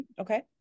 Okay